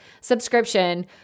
subscription